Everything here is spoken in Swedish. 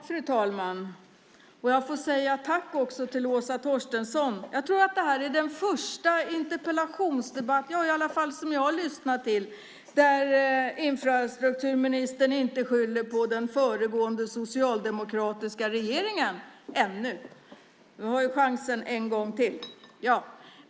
Fru talman! Jag får tacka Åsa Torstensson. Det här är den första interpellationsdebatt som jag har lyssnat till där infrastrukturministern inte skyller på den föregående socialdemokratiska regeringen. Hon har inte gjort det ännu i alla fall. Men hon har chansen en gång till.